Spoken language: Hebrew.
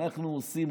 אנחנו עושים,